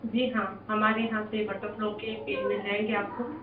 जी हाँ हमारे यहाँ से बटरफ़्लो के पेन मिल जाएंगे आपको